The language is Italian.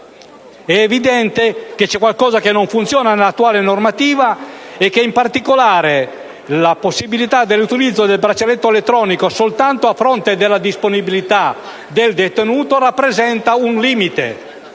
È evidente che c'è qualcosa che non funziona nell'attuale normativa. In particolare, la possibilità dell'utilizzo dei braccialetti elettronici soltanto a fronte della disponibilità del detenuto rappresenta un limite.